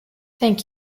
thank